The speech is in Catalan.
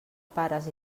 pares